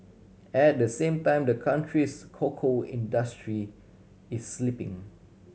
at the same time the country's cocoa industry is slipping